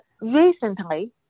recently